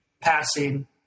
passing